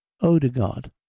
Odegaard